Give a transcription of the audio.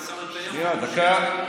שעלו למדינת ישראל מאות מיליוני שקלים,